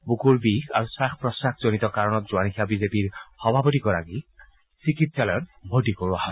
বুকুৰ বিষ আৰু খাস প্ৰশ্বাসত জনিত কাৰণত যোৱা নিশা বিজেপিৰ সভাপতিগৰাকীক চিকিৎসালয়ত ভৰ্তি কৰোৱা হয়